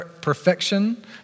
perfection